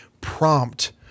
prompt